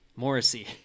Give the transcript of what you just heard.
Morrissey